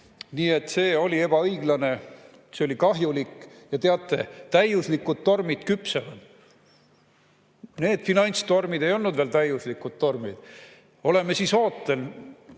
et see oli ebaõiglane. See oli kahjulik. Ja teate – täiuslikud tormid küpsevad. Need finantstormid ei olnud veel täiuslikud tormid. Oleme siis ootel